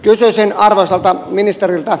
kysyisin arvoisalta ministeriltä